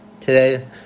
today